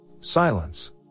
Silence